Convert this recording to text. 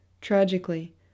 Tragically